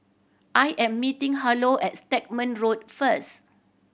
I am meeting Harlow at Stagmont Road first